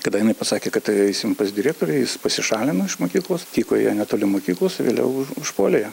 kada jinai pasakė kad tai eisim pas direktorę jis pasišalino iš mokyklos tykojo netoli mokyklos vėliau užpuolė ją